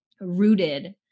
rooted